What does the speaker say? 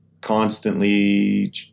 constantly